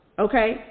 Okay